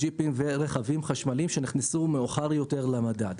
ג'יפים ורכבים חשמליים שנכנסו מאוחר יותר למדד.